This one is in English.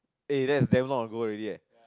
eh that's is damn long ago already leh